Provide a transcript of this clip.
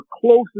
closest